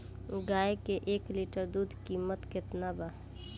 गाय के एक लीटर दूध कीमत केतना बा?